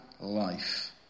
life